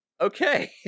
okay